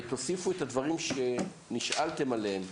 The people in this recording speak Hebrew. תוסיפו את הדברים שנשאלתם עליהם,